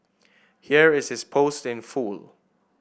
here is his post in full